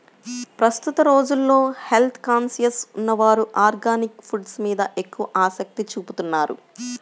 ప్రస్తుత రోజుల్లో health conscious ఉన్నవారు ఆర్గానిక్ ఫుడ్స్ మీద ఎక్కువ ఆసక్తి చూపుతున్నారు